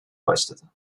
başladı